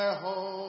home